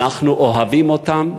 אנחנו אוהבים אותם,